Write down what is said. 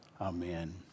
Amen